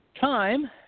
time